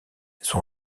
son